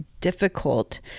difficult